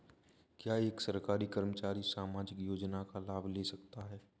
क्या एक सरकारी कर्मचारी सामाजिक योजना का लाभ ले सकता है?